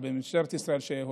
במשטרת ישראל.